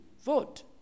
vote